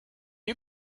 you